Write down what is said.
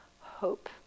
hope